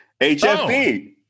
HFB